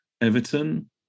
Everton